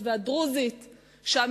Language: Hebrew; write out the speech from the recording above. הוא לא יודע את